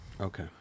Okay